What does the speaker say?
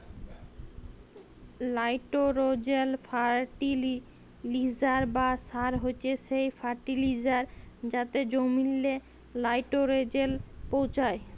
লাইটোরোজেল ফার্টিলিসার বা সার হছে সেই ফার্টিলিসার যাতে জমিললে লাইটোরোজেল পৌঁছায়